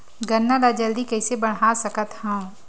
गन्ना ल जल्दी कइसे बढ़ा सकत हव?